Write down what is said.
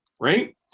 right